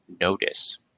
notice